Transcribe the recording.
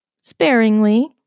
Sparingly